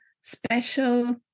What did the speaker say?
special